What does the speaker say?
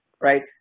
right